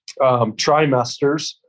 trimesters